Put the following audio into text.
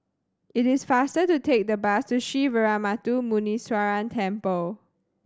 it is faster to take the bus to Sree Veeramuthu Muneeswaran Temple